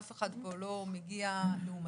אף אחד פה לא מגיע לעומתי,